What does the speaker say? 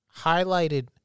highlighted